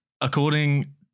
according